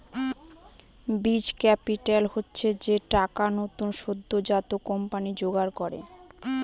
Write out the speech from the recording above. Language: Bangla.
বীজ ক্যাপিটাল হচ্ছে যে টাকা নতুন সদ্যোজাত কোম্পানি জোগাড় করে